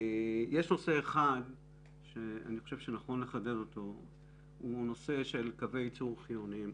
יש נושא אחד שאני חושב שנכון לחדד אותו והוא נושא קווי ייצור חיוניים.